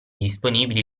disponibili